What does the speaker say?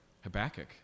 Habakkuk